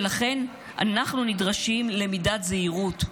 ולכן אנחנו נדרשים למידת זהירות,